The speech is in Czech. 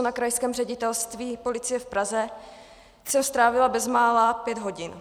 Na Krajském ředitelství policie v Praze jsem strávila bezmála pět hodin.